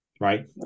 Right